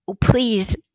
please